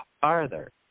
farther